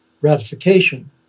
ratification